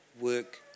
work